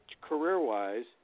career-wise